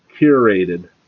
curated